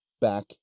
back